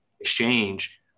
exchange